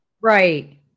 right